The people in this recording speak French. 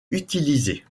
utilisée